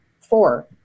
four